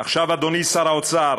עכשיו, אדוני שר האוצר,